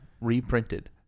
reprinted